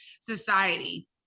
society